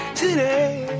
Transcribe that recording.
today